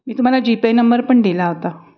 मी तुम्हाला GPay number पण दिला होता